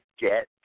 get